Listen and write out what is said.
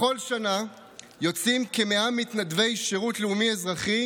בכל שנה יוצאים כ-100 מתנדבי שירות לאומי-אזרחי